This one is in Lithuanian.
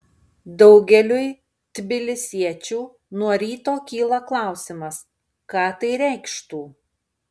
daugeliui tbilisiečių nuo ryto kyla klausimas ką tai reikštų